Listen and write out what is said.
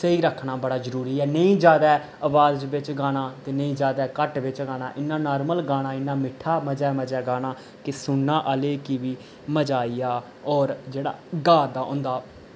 स्हेई रक्खना बड़ा जरुरी ऐ नेईं ज्यादै अवाज बिच्च गाना ते नेईं ज्यादै घट बिच्च गाना इन्ना नार्मल गाना इन्ना मिट्ठा मजै मजै गाना कि सुनना आह्ले गी बी मजा आई जा होर जेह्ड़ा गा दा होंदा